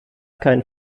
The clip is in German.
kein